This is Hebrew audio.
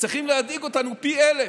צריכים להדאיג אותנו פי אלף,